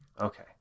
Okay